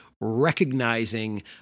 recognizing